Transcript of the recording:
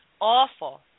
awful